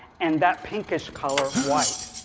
and that pinkish color white.